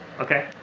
okay,